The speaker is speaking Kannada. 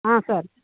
ಹಾಂ ಸರ್